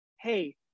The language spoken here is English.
hey